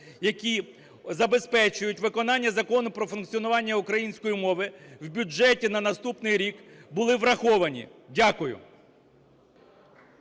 які забезпечують виконання Закону про функціонування української мови, в бюджеті на наступний рік були враховані. Дякую.